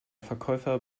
verkäufer